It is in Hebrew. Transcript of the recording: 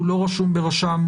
הוא לא רשום ברשם